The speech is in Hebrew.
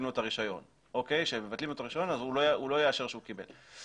לו את הרישיון ואז מן הסתם הוא לא יאשר שהוא קיבל.